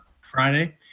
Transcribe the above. Friday